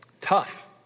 Tough